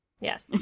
Yes